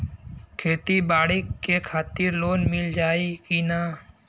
खेती बाडी के खातिर लोन मिल जाई किना?